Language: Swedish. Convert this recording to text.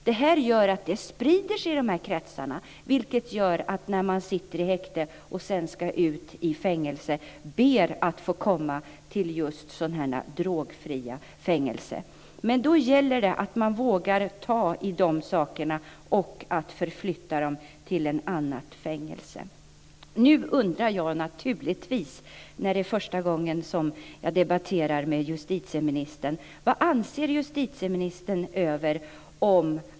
Detta sprider sig i de här kretsarna, vilket gör att man, när man sitter i häkte och sedan ska ut till ett fängelse, ber att få komma till just sådana här drogfria fängelser. Men då gäller det att våga ta tag i de här sakerna och förflytta dem som inte klarar detta till ett annat fängelse. Nu undrar jag naturligtvis, då det är första gången jag debatterar med justitieministern, vad justitieministern anser.